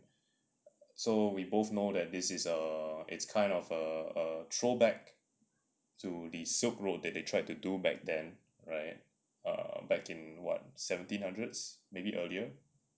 so we both know that this is a it's kind of a throwback to the silk road that they tried to do back then right back in what seventeen hundreds maybe earlier